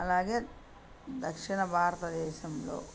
అలాగే దక్షిణ భారతదేశంలో